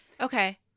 Okay